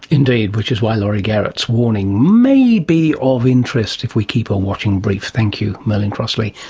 indeed, which is why laurie garrett's warning may be of interest if we keep a watching brief. thank you merlin crossley,